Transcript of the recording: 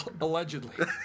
Allegedly